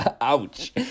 ouch